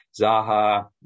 Zaha